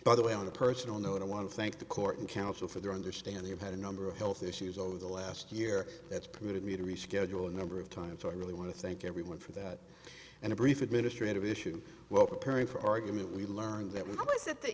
by the way on a personal note i want to thank the court and council for their understanding of had a number of health issues over the last year that's permitted me to reschedule a number of times i really want to thank everyone for that and a brief administrative issue well preparing for argument we learned that was it that